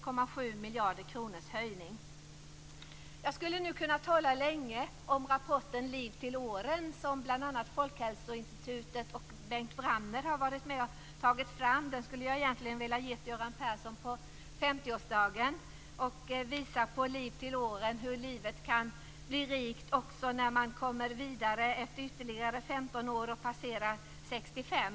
Vi vill ha Jag skulle nu kunna tala länge om rapporten Liv till åren som bl.a. Folkhälsoinstitutet och Bengt Wramner har varit med om att ta fram. Den hade jag egentligen velat ge Göran Persson på 50-årsdagen. Liv till åren visar hur livet kan bli rikt också när man kommer vidare efter ytterligare 15 år och passerar 65.